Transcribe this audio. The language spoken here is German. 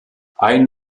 ein